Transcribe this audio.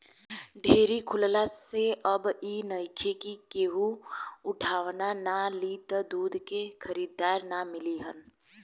dairy खुलला से अब इ नइखे कि केहू उठवाना ना लि त दूध के खरीदार ना मिली हन